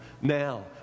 now